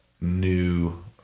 new